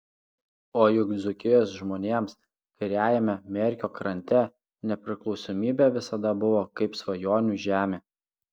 o juk dzūkijos žmonėms kairiajame merkio krante nepriklausomybė visada buvo kaip svajonių žemė